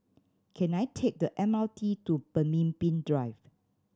can I take the M R T to Pemimpin Drive